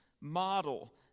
model